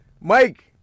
Mike